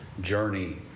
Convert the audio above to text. journey